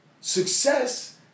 success